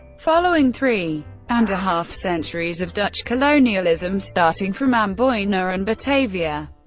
following three and a half centuries of dutch colonialism starting from amboina and batavia,